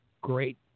Great